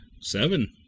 Seven